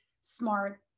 smart